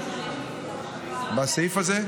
כמה השתמשו, בסעיף הזה?